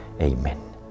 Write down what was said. Amen